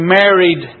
married